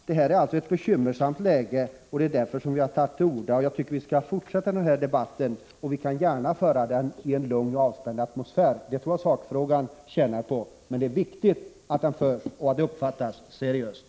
Läget är alltså bekymmersamt, och det är därför vi har tagit till orda. Jag tycker vi skall fortsätta den här debatten, och vi kan gärna föra den i en lugn och avspänd atmosfär — det tror jag sakfrågan tjänar på — men det är viktigt att den förs seriöst och att det uppfattas så.